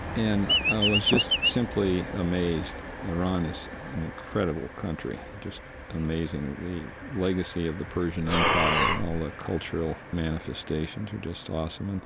and i was just simply amazed. iran is an incredible country, just amazing. the legacy of the persian empire and all the cultural manifestations are just awesome. and,